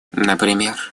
например